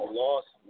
lost